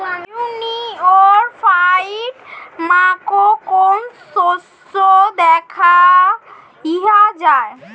ইরিও ফাইট মাকোর কোন শস্য দেখাইয়া যায়?